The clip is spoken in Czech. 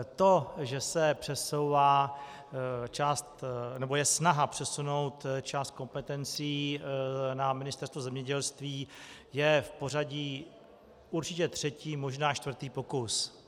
To, že se přesouvá, nebo je snaha přesunout část kompetencí na Ministerstvo zemědělství, je v pořadí určitě třetí, možná čtvrtý pokus.